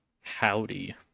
howdy